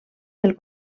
del